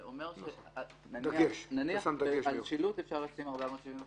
זה אומר שעל שילוט אפשר לתת קנס של 475 שקלים.